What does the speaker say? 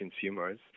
consumers